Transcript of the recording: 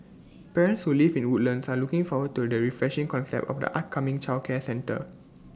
parents who live in Woodlands are looking forward to the refreshing concept of the upcoming childcare centre